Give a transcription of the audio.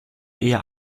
eher